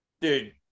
Dude